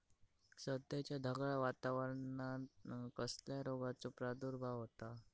सध्याच्या ढगाळ वातावरणान कसल्या रोगाचो प्रादुर्भाव होता?